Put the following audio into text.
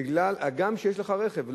גם כשיש לך רכב.